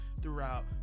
throughout